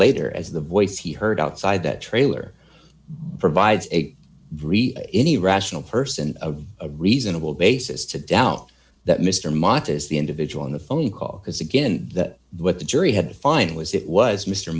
later as the voice he heard outside that trailer provides a brief any rational person a reasonable basis to doubt that mr matas the individual in the phone call because again that what the jury had to find was it was mr